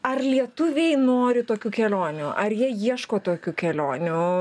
ar lietuviai nori tokių kelionių ar jie ieško tokių kelionių